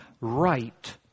right